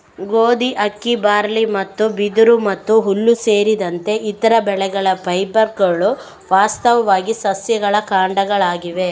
ಗೋಧಿ, ಅಕ್ಕಿ, ಬಾರ್ಲಿ ಮತ್ತು ಬಿದಿರು ಮತ್ತು ಹುಲ್ಲು ಸೇರಿದಂತೆ ಇತರ ಬೆಳೆಗಳ ಫೈಬರ್ಗಳು ವಾಸ್ತವವಾಗಿ ಸಸ್ಯಗಳ ಕಾಂಡಗಳಾಗಿವೆ